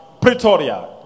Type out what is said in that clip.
Pretoria